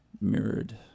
Mirrored